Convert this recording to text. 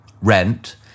rent